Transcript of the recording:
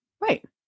Right